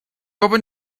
opened